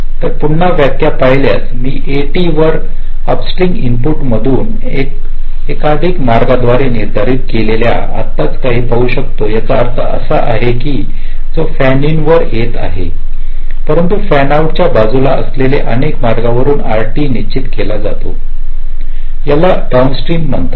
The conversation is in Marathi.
तर पुन्हा व्याख्या पाहिल्यास मी एटी वर अपस्ट्रीम इनपुट मधून एकाधिक मार्गांद्वारे निर्धारित केलेल्या आत्ताच काय पाहू शकतो याचा अर्थ असा आहे जो फॅन इनवर येत आहे परंतु फॅन आउट च्या बाजूला असलेल्या अनेक मार्गांवरून आरएटी निश्चित केले जाते याला डाउनस्ट्रीम म्हणतात